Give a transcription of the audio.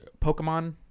Pokemon